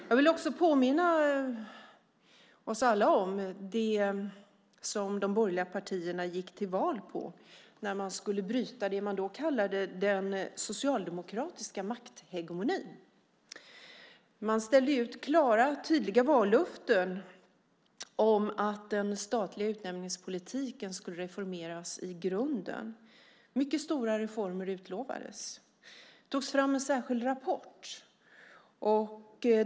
Jag vill också påminna oss alla om det som de borgerliga partierna gick till val på, när man skulle bryta den socialdemokratiska makthegemonin. Man ställde ut klara och tydliga vallöften om att den statliga utnämningspolitiken skulle reformeras i grunden. Mycket stora reformer utlovades. Det togs fram en särskild rapport.